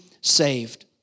saved